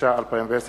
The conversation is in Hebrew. התש"ע 2010,